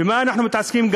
במה אנחנו גם מתעסקים?